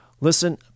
Listen